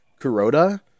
Kuroda